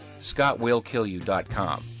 ScottWillKillYou.com